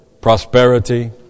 prosperity